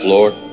Lord